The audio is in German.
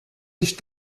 sich